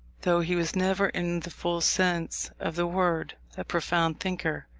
though he was never, in the full sense of the word, a profound thinker,